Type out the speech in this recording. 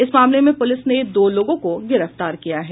इस मामले में पुलिस ने दो लोगों को गिरफ्तार किया है